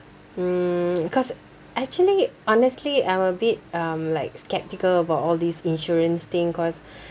mm cause actually honestly I'm a bit um like sceptical about all these insurance thing cause